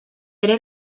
ere